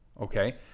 okay